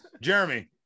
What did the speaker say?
Jeremy